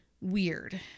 weird